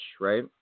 right